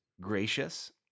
gracious